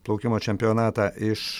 plaukimo čempionatą iš